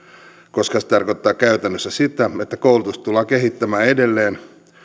koska se tarkoittaa käytännössä sitä että koulutusta tullaan kehittämään edelleen